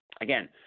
Again